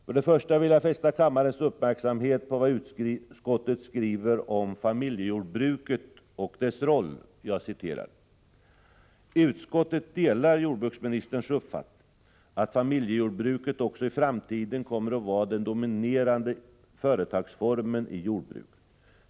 För det första vill jag fästa kammarens uppmärksamhet på vad utskottet skriver om familjejordbruket och dess roll: ”Utskottet delar jordbruksministerns uppfattning att familjejordbruket också i framtiden kommer att vara den dominerande företagsformen i jordbruket.